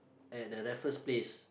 at the Raffles Place